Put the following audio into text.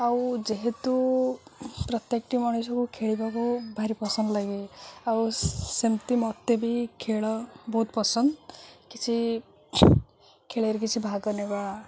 ଆଉ ଯେହେତୁ ପ୍ରତ୍ୟେକଟି ମଣିଷକୁ ଖେଳିବାକୁ ଭାରି ପସନ୍ଦ ଲାଗେ ଆଉ ସେମିତି ମୋତେ ବି ଖେଳ ବହୁତ ପସନ୍ଦ କିଛି ଖେଳରେ କିଛି ଭାଗ ନେବା